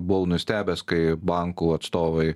buvau nustebęs kai bankų atstovai